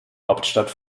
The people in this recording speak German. hauptstadt